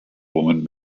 woman